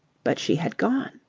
but she had gone.